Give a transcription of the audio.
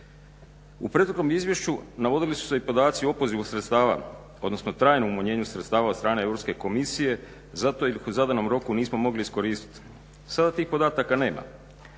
U prethodnom izvješću navodili su se i podaci o opozivu sredstava, odnosno trajnom umanjenju sredstava od strane Europske komisije zato jer ih u zadanom roku nismo mogli iskoristiti. Sada tih podataka nema.